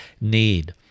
need